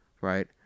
right